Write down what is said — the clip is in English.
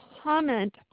comment